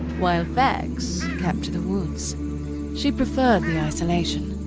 while vex kept to the woods she preferred the isolation.